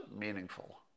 meaningful